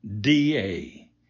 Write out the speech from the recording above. DA